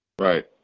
Right